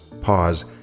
Pause